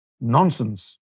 nonsense